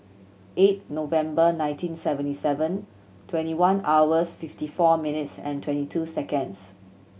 eight November nineteen seventy seven twenty one hours fifty four minutes and twenty two seconds